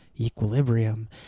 Equilibrium